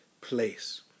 place